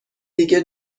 دیگه